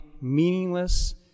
meaningless